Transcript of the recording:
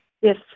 yes